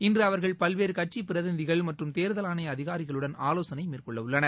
இன்று அவர்கள் பல்வேறு கட்சி பிரதிநிதிகள் மற்றும் தேர்தல் ஆணைய அதிகாரிகளுடன் ஆலோசனை மேற்கொள்ளவுள்ளனர்